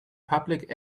public